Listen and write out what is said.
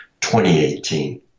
2018